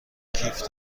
کیف